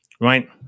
right